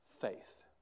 faith